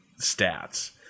stats